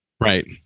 Right